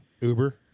Uber